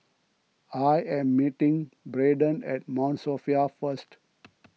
I am meeting Braedon at Mount Sophia first